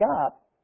up